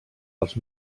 els